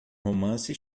romance